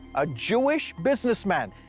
a jewish businessman,